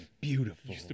beautiful